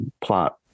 plot